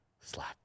Slap